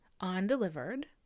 undelivered